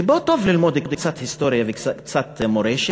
ופה טוב ללמוד קצת היסטוריה וקצת מורשת,